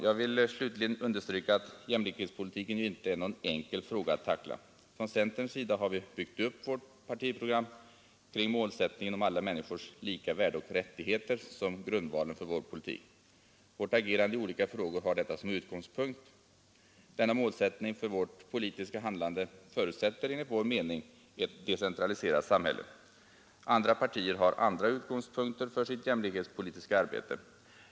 Jag vill slutligen understryka att jämlikhetspolitiken inte är någon enkel fråga att tackla. Från centerns sida har vi byggt upp vårt partiprogram kring målsättningen om alla människors lika värde och rättigheter som grundvalen för vår politik. Vårt agerande i olika frågor har detta som utgångspunkt. Denna målsättning för vårt politiska handlande förutsätter enligt vår mening ett decentraliserat samhälle. Andra partier har andra utgångspunkter för sitt jämlikhetspolitiska arbete.